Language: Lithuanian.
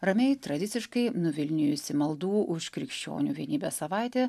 ramiai tradiciškai nuvilnijusi maldų už krikščionių vienybę savaitė